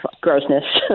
grossness